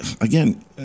again